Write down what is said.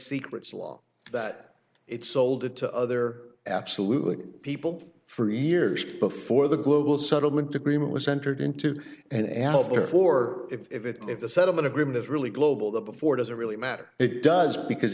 secrets law that it sold it to other absolutely people for years before the global settlement agreement was entered into and al therefore if it if the settlement agreement is really global the before doesn't really matter it does because